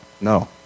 No